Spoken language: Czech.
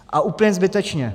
A úplně zbytečně!